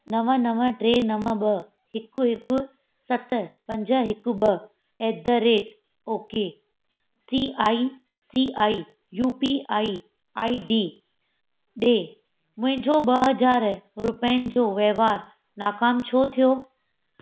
नव नव टे नव ॿ हिकु हिकु सत पंज हिकु ॿ at the rate okay C I C I U P I I D ॾे मुंहिंजो ॿ हज़ार रुपयनि जो वहिंवार नाकाम छो थियो